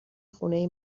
خونه